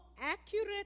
accurate